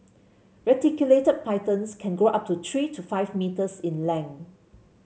reticulated pythons can grow up to three to five metres in length